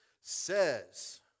Says